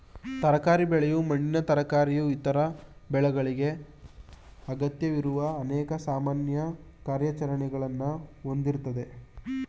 ತರಕಾರಿ ಬೆಳೆಯಲು ಮಣ್ಣಿನ ತಯಾರಿಕೆಯು ಇತರ ಬೆಳೆಗಳಿಗೆ ಅಗತ್ಯವಿರುವ ಅನೇಕ ಸಾಮಾನ್ಯ ಕಾರ್ಯಾಚರಣೆಗಳನ್ನ ಹೊಂದಿರ್ತದೆ